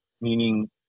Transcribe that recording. meaning